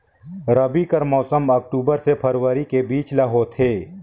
रबी कर मौसम अक्टूबर से फरवरी के बीच ल होथे